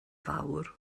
fawr